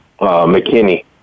McKinney